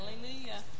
Hallelujah